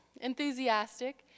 enthusiastic